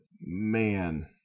man